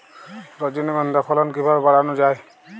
রজনীগন্ধা ফলন কিভাবে বাড়ানো যায়?